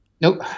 Nope